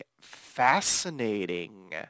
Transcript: fascinating